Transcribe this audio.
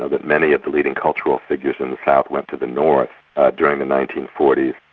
that many of the leading cultural figures in the south went to the north during the nineteen forty